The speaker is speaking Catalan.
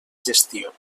gestió